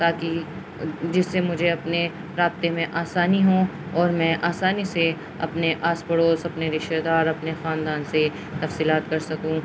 تاکہ جس سے مجھے اپنے رابطے میں آسانی ہوں اور میں آسانی سے اپنے آس پڑوس اپنے رشتہ دار اپنے خاندان سے تفصیلات کر سکوں